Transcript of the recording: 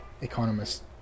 economist